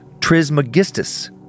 Trismegistus